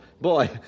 Boy